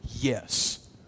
Yes